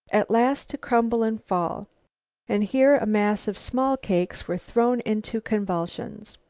at last to crumble and fall and here a mass of small cakes were thrown into convulsions.